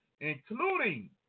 including